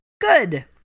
good